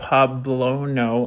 Pablono